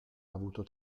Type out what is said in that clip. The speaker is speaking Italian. avuto